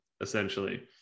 essentially